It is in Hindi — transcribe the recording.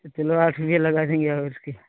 चलो आठ रुपया लगा देंगे और क्या